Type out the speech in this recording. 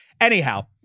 Anyhow